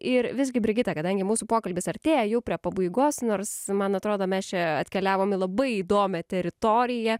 ir visgi brigita kadangi mūsų pokalbis artėja jau prie pabaigos nors man atrodo mes čia atkeliavom į labai įdomią teritoriją